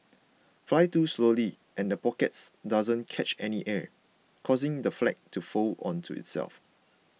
fly too slowly and the pockets doesn't catch any air causing the flag to fold onto itself